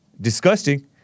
disgusting